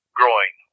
growing